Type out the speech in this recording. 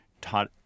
taught